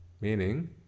meaning